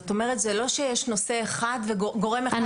זה לא שיש נושא אחד וגורם אחד --- (אומרת דברים בשפת הסימנים,